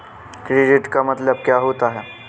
Credit का मतलब क्या होता है?